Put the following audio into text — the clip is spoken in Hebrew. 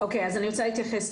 אז אני רוצה להתייחס.